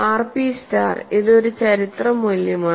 RP star ഇത് ഒരു ചരിത്ര മൂല്യമാണ്